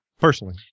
personally